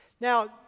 Now